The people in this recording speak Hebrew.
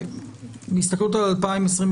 מהסתכלות על 2020,